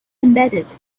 embedded